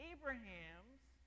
Abraham's